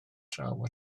draw